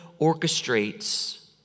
orchestrates